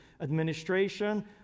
administration